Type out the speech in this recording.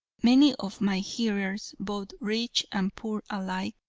many of my hearers, both rich and poor alike,